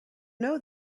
know